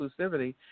Inclusivity